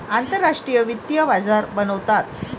आंतरराष्ट्रीय वित्तीय बाजार बनवतात